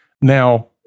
Now